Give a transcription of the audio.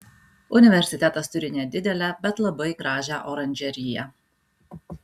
universitetas turi nedidelę bet labai gražią oranžeriją